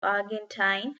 argentine